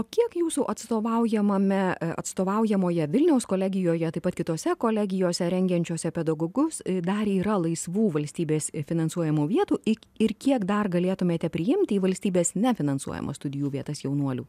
o kiek jūsų atstovaujamame atstovaujamoje vilniaus kolegijoje taip pat kitose kolegijose rengiančiuose pedagogus dar yra laisvų valstybės finansuojamų vietų į ir kiek dar galėtumėte priimti į valstybės nefinansuojamas studijų vietas jaunuolių